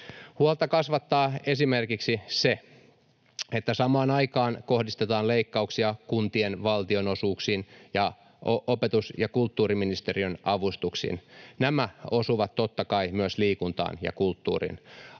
Huolta kasvattaa esimerkiksi se, että samaan aikaan kohdistetaan leikkauksia kuntien valtionosuuksiin ja opetus‑ ja kulttuuriministeriön avustuksiin. Nämä osuvat totta kai myös liikuntaan ja kulttuuriin.